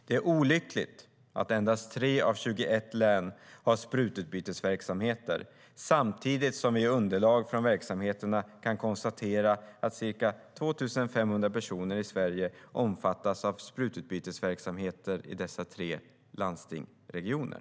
Det är olyckligt att endast 3 av 21 län har sprututbytesverksamheter, samtidigt som vi i underlag från verksamheterna kan konstatera att ca 2 500 personer i Sverige omfattas av sprututbytesverksamheter i dessa tre landsting eller regioner.